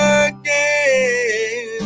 again